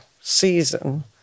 season